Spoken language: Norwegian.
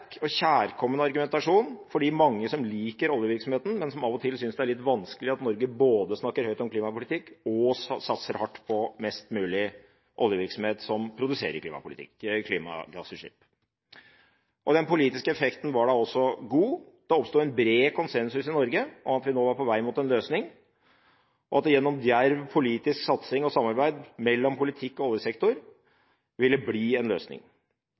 og kjærkommen argumentasjon for de mange som liker oljevirksomheten, men som av og til synes det er litt vanskelig at Norge både snakker høyt om klimapolitikk og satser hardt på mest mulig oljevirksomhet, som produserer klimagassutslipp. Den politiske effekten var også god. Det oppsto en bred konsensus i Norge om at vi nå var på vei mot en løsning, og at det gjennom djerv politisk satsing og samarbeid mellom politikk og oljesektor ville bli en løsning.